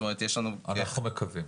אנחנו מקווים.